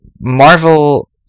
Marvel